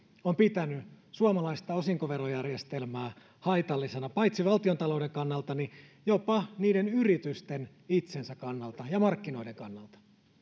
on pitänyt suomalaista osinkoverojärjestelmää haitallisena paitsi valtiontalouden kannalta niin jopa niiden yritysten itsensä kannalta ja markkinoiden kannalta